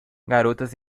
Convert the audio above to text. garotas